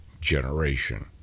generation